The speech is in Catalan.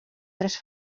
tres